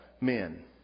men